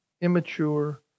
immature